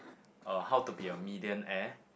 uh how to be a millionaire